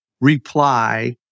reply